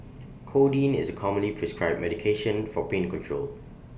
codeine is commonly prescribed medication for pain control